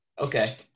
Okay